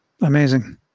amazing